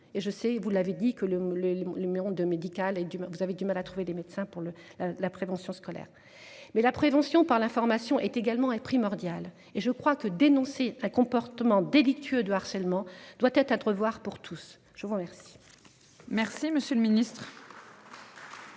le le monde médical et du vous avez du mal à trouver des médecins pour le la prévention scolaire mais la prévention par l'information est également est primordial. Et je crois que dénoncer un comportement délictueux de harcèlement doit être entrevoir pour tous. Je vous remercie. Merci, monsieur le Ministre.